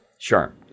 Sure